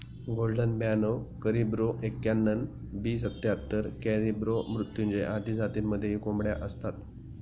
golden ब्याणव करिब्रो एक्याण्णण, B सत्याहत्तर, कॅरिब्रो मृत्युंजय आदी जातींमध्येही कोंबड्या असतात